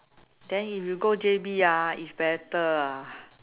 then if you go J_B ah it's better ah